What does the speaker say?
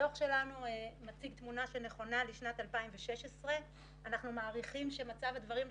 הדוח שלנו מציג תמונה שנכונה לשנת 2016. אנחנו מניחים שמצב הדברים,